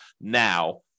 now